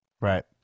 Right